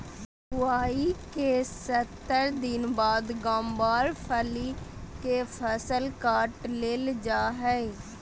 बुआई के सत्तर दिन बाद गँवार फली के फसल काट लेल जा हय